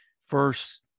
first